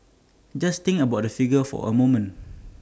just think about that figure for A moment